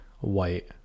white